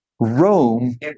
Rome